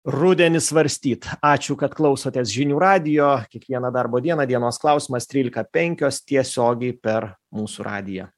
rudenį svarstyt ačiū kad klausotės žinių radijo kiekvieną darbo dieną dienos klausimas trylika penkios tiesiogiai per mūsų radiją